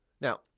Now